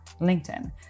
LinkedIn